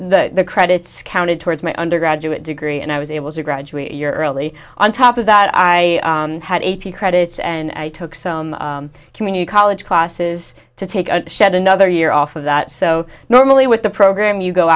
the credits counted towards my undergraduate degree and i was able to graduate your early on top of that i had a p credits and i took some community college classes to take a shot another year off of that so normally with the program you go